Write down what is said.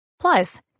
Plus